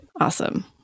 Awesome